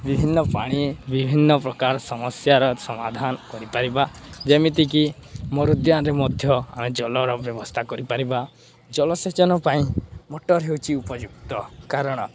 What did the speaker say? ବିଭିନ୍ନ ପାଣି ବିଭିନ୍ନପ୍ରକାର ସମସ୍ୟାର ସମାଧାନ କରିପାରିବା ଯେମିତିକି ମଧ୍ୟ ଆମେ ଜଳର ବ୍ୟବସ୍ଥା କରିପାରିବା ଜଳସେଚନ ପାଇଁ ମଟର୍ ହେଉଛି ଉପଯୁକ୍ତ କାରଣ